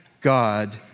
God